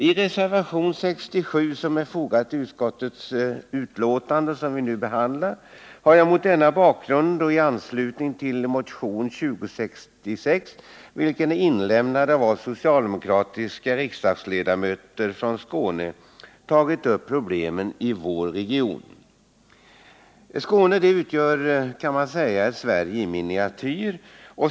I reservation nr 67, som är fogad vid arbetsmarknadsutskottets betänkande nr 23, har jag mot denna bakgrund och i anslutning till motionen 2061, vilken är inlämnad av oss socialdemokratiska riksdagsledamöter från Skåne, tagit upp problemen i vår region. Skåne utgör ett Sverige i miniatyr.